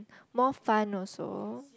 more fun also